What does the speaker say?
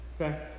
Okay